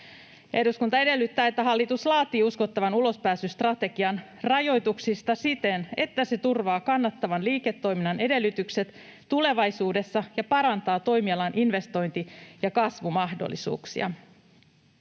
”Eduskunta edellyttää, että hallitus laatii uskottavan ulospääsystrategian rajoituksista siten, että se turvaa kannattavan liiketoiminnan edellytykset tulevaisuudessa ja parantaa toimialan investointi- ja kasvumahdollisuuksia.”